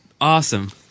awesome